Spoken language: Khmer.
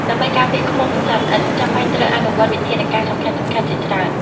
ដើម្បីការពារឃ្មុំ និងសត្វល្អិត ចាំបាច់ត្រូវអនុវត្តវិធានការសំខាន់ៗជាច្រើន។